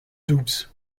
doubs